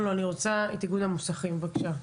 אני רוצה לשמוע את איגוד המוסכים, בבקשה.